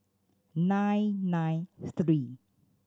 nine nine three